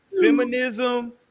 feminism